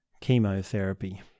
Chemotherapy